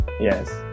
yes